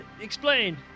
Explain